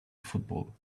football